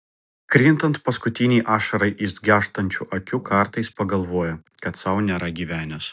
krintant paskutinei ašarai iš gęstančių akių kartais pagalvoja kad sau nėra gyvenęs